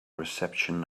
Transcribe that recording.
reception